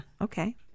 Okay